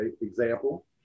example